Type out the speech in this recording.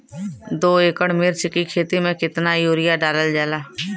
दो एकड़ मिर्च की खेती में कितना यूरिया डालल जाला?